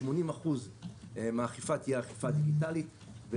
80% מהאכיפה תהיה אכיפה דיגיטלית,